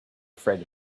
afraid